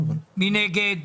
מי נגד?